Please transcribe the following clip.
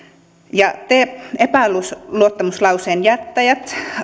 käydään jos te epäluottamuslauseen jättäjät